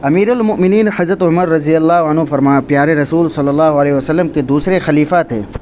امیر المؤمنین حضرت عمر رضی اللہ عنہ فرمایا پیارے رسول صلی اللہ علیہ وسلم کے دوسرے خلیفہ تھے